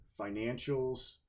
financials